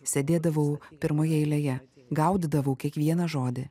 sėdėdavau pirmoje eilėje gaudydavau kiekvieną žodį